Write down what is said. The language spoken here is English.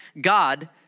God